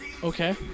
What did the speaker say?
Okay